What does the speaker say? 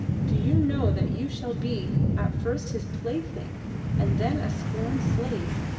do you know that you shall be at first his plaything and then a scorned slave,